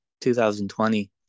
2020